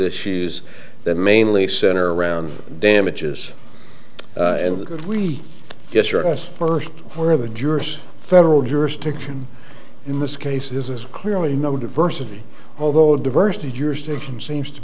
issues that mainly center around damages and the good we get your us first or of the jurors federal jurisdiction in this case is clearly no diversity although diversity jurisdiction seems to